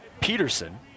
Peterson